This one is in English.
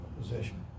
position